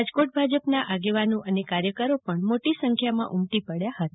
રાજકોટ ભાજપના આગેવાનો અને કાર્યકરો પણ મોટી સંખ્યામાં ઉમટી પડ્યા હતા